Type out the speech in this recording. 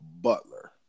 Butler